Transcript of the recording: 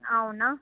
అవునా